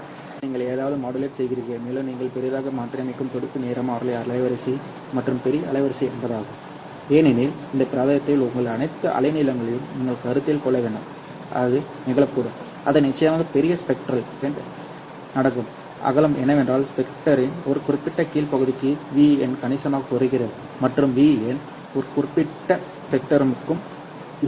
ஏனென்றால் நீங்கள் எதையாவது மாடுலேட் செய்கிறீர்கள் மேலும் நீங்கள் பெரியதாக மாற்றியமைக்கும் துடிப்பு நிறமாலை அலைவரிசை மற்றும் பெரிய அலைவரிசை என்பதாகும் ஏனெனில் இந்த பிராந்தியத்தில் உள்ள அனைத்து அலைநீளங்களையும் நீங்கள் கருத்தில் கொள்ள வேண்டும் அது நிகழக்கூடும் அது நிச்சயமாக பெரிய ஸ்பெக்ட்ரல் பேண்ட் நடக்கும் அகலம் என்னவென்றால் ஸ்பெக்ட்ரமின் ஒரு குறிப்பிட்ட கீழ் பகுதிக்கு V எண் கணிசமாக குறைகிறது மற்றும் V எண் ஒரு குறிப்பிட்ட ஸ்பெக்ட்ரமுக்கு 2